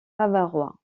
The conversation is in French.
bavarois